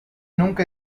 nunca